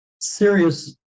serious